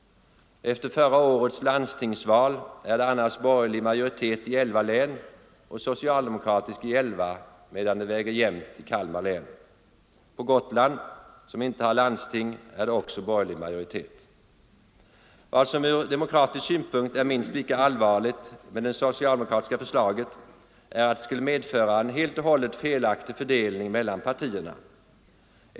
Efter förra årets landstingsval är det annars borgerlig majoritet i elva län och socialdemokratisk i elva, medan det väger jämnt i Kalmar län. På Gotland, som inte har landsting, är det också borgerlig majoritet. Vad som ur demokratisk synpunkt är minst lika allvarligt med det socialdemokratiska förslaget som det nyss nämnda nya valsystemet är att det skulle medföra en helt och hållet felaktig fördelning mellan partierna.